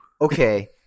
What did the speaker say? Okay